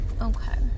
Okay